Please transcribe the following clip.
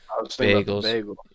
bagels